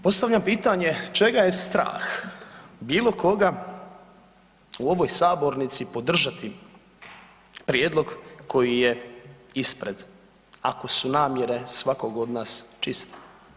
Postavljam pitanje, čega je strah bilo koga u ovoj sabornici podržati prijedlog koji je ispred ako su namjere svakog od nas čiste?